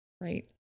Right